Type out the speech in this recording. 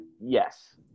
Yes